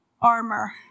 armor